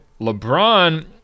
LeBron